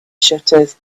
shutters